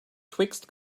twixt